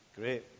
Great